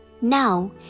Now